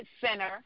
center